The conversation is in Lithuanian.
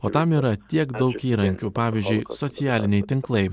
o tam yra tiek daug įrankių pavyzdžiui socialiniai tinklai